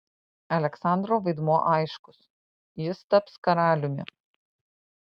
aleksandro vaidmuo aiškus jis taps karaliumi